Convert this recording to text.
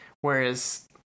whereas